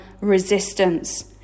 resistance